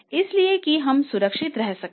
इसलिए कि हम सुरक्षित रह सकें